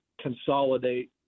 consolidate